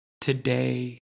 today